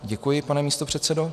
Děkuji vám, pane místopředsedo.